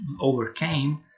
overcame